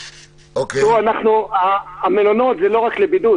תראו, המלונות זה לא רק לבידוד.